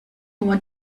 nur